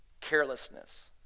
carelessness